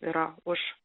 yra už